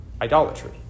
idolatry